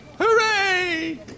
Hooray